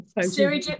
siri